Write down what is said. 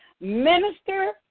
Minister